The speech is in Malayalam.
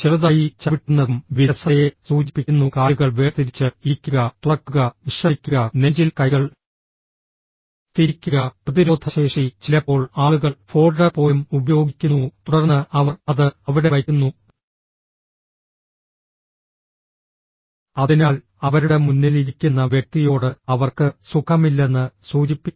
ചെറുതായി ചവിട്ടുന്നതും വിരസതയെ സൂചിപ്പിക്കുന്നു കാലുകൾ വേർതിരിച്ച് ഇരിക്കുക തുറക്കുക വിശ്രമിക്കുക നെഞ്ചിൽ കൈകൾ തിരിക്കുക പ്രതിരോധശേഷി ചിലപ്പോൾ ആളുകൾ ഫോൾഡർ പോലും ഉപയോഗിക്കുന്നു തുടർന്ന് അവർ അത് അവിടെ വയ്ക്കുന്നു അതിനാൽ അവരുടെ മുന്നിൽ ഇരിക്കുന്ന വ്യക്തിയോട് അവർക്ക് സുഖമില്ലെന്ന് സൂചിപ്പിക്കുന്നു